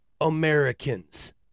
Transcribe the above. Americans